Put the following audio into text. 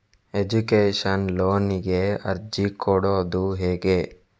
Education ಲೋನಿಗೆ ಅರ್ಜಿ ಕೊಡೂದು ಹೇಗೆ?